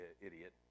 idiot